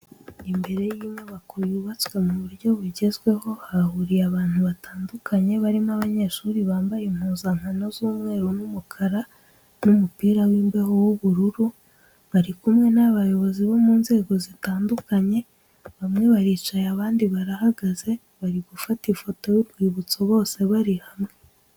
Imbere y'inyubako yubatswe mu buryo bugezweho, hahuriye abantu batandukanye, barimo abanyeshuri bambaye impuzankano z'umweru n'umukara n'umupira w'imbeho w'ubururu, bari kumwe n'abayobozi bo mu nzego zitandukanye bamwe baricaye abandi barahagaze, bari gufata ifoto y'urwibutso bose bari hamwe.